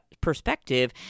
perspective